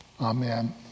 Amen